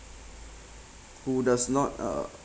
who does not uh